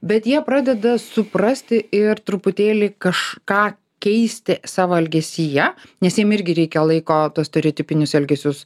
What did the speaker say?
bet jie pradeda suprasti ir truputėlį kažką keisti savo elgesyje nes jiem irgi reikia laiko tuos stereotipinius elgesius